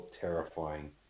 terrifying